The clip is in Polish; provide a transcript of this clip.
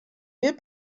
wie